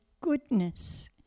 goodness